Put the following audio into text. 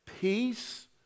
peace